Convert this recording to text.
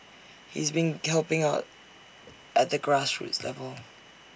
he's been helping out at the grassroots level